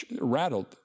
rattled